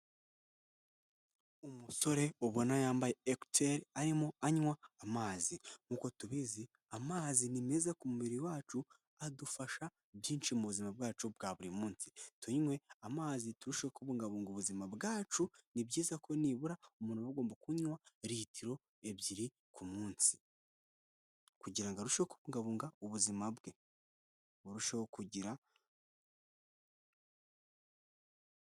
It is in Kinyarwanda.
Umusore ubona yambaye ecouteur arimo anywa amazi nkuko tubizi amazi ni meza ku mubiri wacu adufasha byinshi mubuzima bwacu bwa buri munsi tunywe amazi turusheho kubungabunga ubuzima bwacu ni byiza ko nibura umuntu ubagomba kunywa litiro ebyiri ku munsi, kugirango arusheho kubungabunga ubuzima bwe burusheho kugira.